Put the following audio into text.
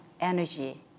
energy